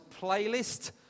Playlist